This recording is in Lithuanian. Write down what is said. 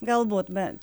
galbūt bet